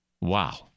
Wow